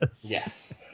Yes